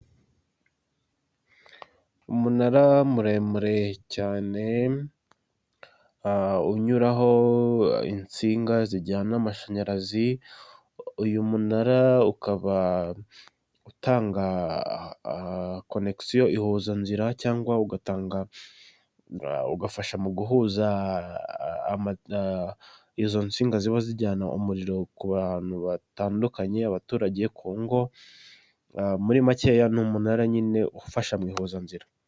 Umunara muremure cyane, unyuraho insinga zijyana amashanyarazi, uyu munara ukaba utanga konekisoyo ihuza nzira cyangwa ugatanga ugafasha mu guhuza izo nsinga ziba zijyana umuriro ku bantu batandukanye abaturage ku ngo, muri makeya ni umunara nyine ufasha mu ihuzanzira.